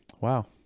wow